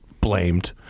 blamed